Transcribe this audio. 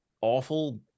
awful